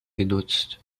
genutzt